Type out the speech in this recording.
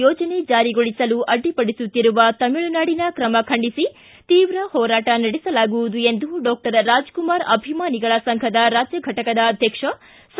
ಯೋಜನೆ ಜಾರಿಗೊಳಿಸಲು ಅಡ್ಡಿಪಡಿಸುತ್ತಿರುವ ತಮಿಳುನಾಡಿನ ಕ್ರಮ ಖಂಡಿಸಿ ತೀವ್ರ ಹೋರಾಟ ನಡೆಸಲಾಗುವುದು ಎಂದು ಡಾಕ್ಟರ್ ರಾಜ್ಕುಮಾರ್ ಅಭಿಮಾನಿಗಳ ಸಂಘದ ರಾಜ್ಯ ಘಟಕದ ಅಧ್ಯಕ್ಷ ಸಾ